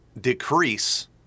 decrease